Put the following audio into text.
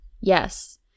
Yes